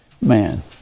man